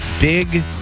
big